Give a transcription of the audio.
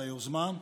על היוזמה,